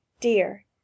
dear